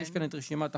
יש כאן את רשימת החובות,